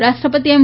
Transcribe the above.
ઉપરાષ્ટ્રપતિ એમ